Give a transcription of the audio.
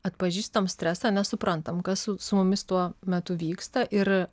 atpažįstam stresą ar ne suprantam kas su mumis tuo metu vyksta ir